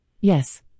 Yes